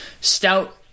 stout